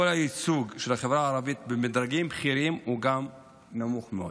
כל הייצוג של החברה הערבית במדרגים בכירים הוא נמוך מאוד.